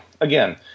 again